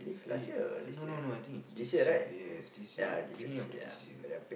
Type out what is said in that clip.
uh no no no I think it's this year this year ya beginning of this year